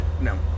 No